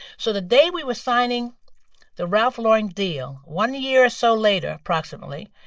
so the day we were signing the ralph lauren deal, one year or so later approximately,